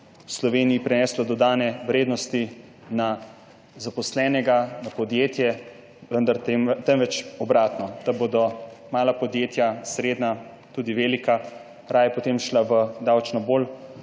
bo Sloveniji prineslo dodane vrednosti na zaposlenega na podjetje, temveč obratno, mala podjetja, srednja, tudi velika bodo raje potem šla v davčno bolj